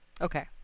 Okay